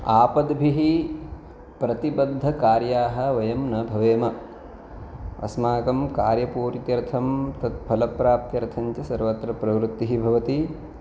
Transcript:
आपद्भिः प्रतिबद्धकार्याः वयं न भवेम अस्माकं कार्यपूर्त्यर्थं तत् फलप्राप्त्यर्थञ्च सर्वत्र प्रवृत्तिः भवति